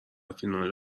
فینال